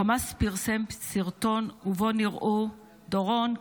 חמאס פרסם סרטון ובו נראו דורון,